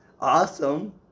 awesome